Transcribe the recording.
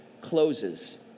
closes